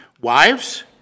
Wives